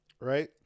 right